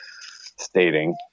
stating